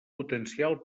potencial